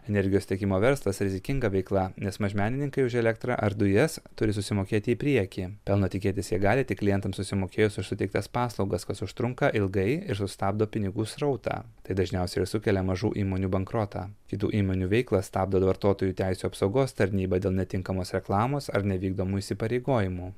energijos tiekimo verslas rizikinga veikla nes mažmenininkai už elektrą ar dujas turi susimokėti į priekį pelno tikėtis jie gali tik klientams susimokėjus už suteiktas paslaugas kas užtrunka ilgai ir sustabdo pinigų srautą tai dažniausiai ir sukelia mažų įmonių bankrotą kitų įmonių veiklą stabdo do vartotojų teisių apsaugos tarnyba dėl netinkamos reklamos ar nevykdomų įsipareigojimų